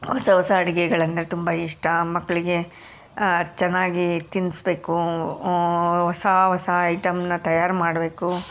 ಹೊಸ ಹೊಸ ಅಡುಗೆಗಳಂದ್ರೆ ತುಂಬ ಇಷ್ಟ ಮಕ್ಕಳಿಗೆ ಚೆನ್ನಾಗಿ ತಿನ್ನಿಸ್ಬೇಕು ಹೊಸ ಹೊಸ ಐಟಮನ್ನ ತಯಾರು ಮಾಡಬೇಕು